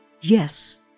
yes